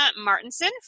Martinson